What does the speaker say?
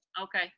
Okay